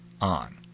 on